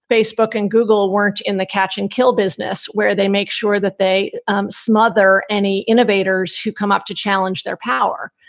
facebook and google weren't in the catch and kill business where they make sure that they smother any innovators who come up to challenge their power.